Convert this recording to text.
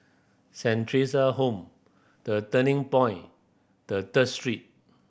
Saint Theresa's Home The Turning Point the Third Street